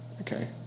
Okay